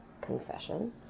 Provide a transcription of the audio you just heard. confession